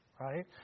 right